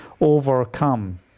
overcome